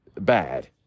bad